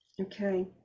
Okay